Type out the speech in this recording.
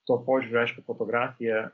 tuo požiūriu aišku fotografija